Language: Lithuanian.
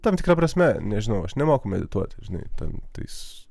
tam tikra prasme nežinau aš nemoku medituoti žinai ten tais